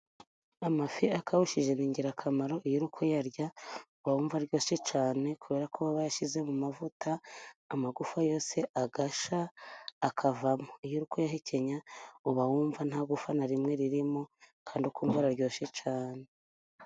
Amafi akawushije ni ingirakamaro iyo uri kuyarya uba wumva aryoshye cyane, kuberako baba bayashyize mu mavuta amagufa yose agashya akavamo. Iyo uri kuyahekenya uba wumva nta gufa na rimwe ririmo, Kandi kumva araryoshye cyane.